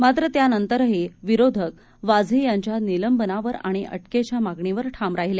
मात्र त्यानंतरही विरोधक वाझे यांच्या निलंबनावर आणि अटकेच्या मागणीवर ठाम राहिले